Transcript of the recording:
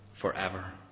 forever